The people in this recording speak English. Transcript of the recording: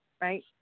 Right